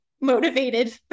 motivated